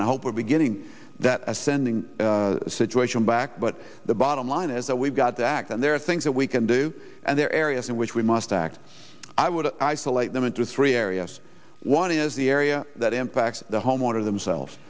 and i hope we're beginning that as sending situation back but the bottom line is that we've got to act and there are things that we can do and there are areas in which we must act i would isolate them into three areas one is the area that impacts the homeowner themselves